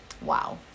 Wow